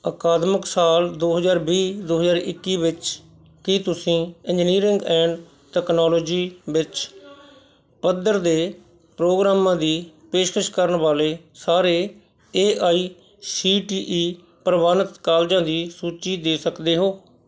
ਅਕਾਦਮਿਕ ਸਾਲ ਦੋ ਹਜ਼ਾਰ ਵੀਹ ਦੋ ਹਜ਼ਾਰ ਇੱਕੀ ਵਿੱਚ ਕੀ ਤੁਸੀਂ ਇੰਜੀਨੀਅਰਿੰਗ ਐਂਡ ਤਕਨਾਲੋਜੀ ਵਿੱਚ ਪੱਧਰ ਦੇ ਪ੍ਰੋਗਰਾਮਾਂ ਦੀ ਪੇਸ਼ਕਸ਼ ਕਰਨ ਵਾਲੇ ਸਾਰੇ A I C T E ਪ੍ਰਵਾਨਿਤ ਕਾਲਜਾਂ ਦੀ ਸੂਚੀ ਦੇ ਸਕਦੇ ਹੋ